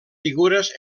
figures